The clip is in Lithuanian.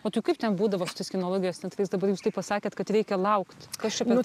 o tai kaip ten būdavo su tais kinologais net kai dabar jūs taip pasakėt kad reikia laukt kas čia per